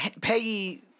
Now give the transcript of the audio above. Peggy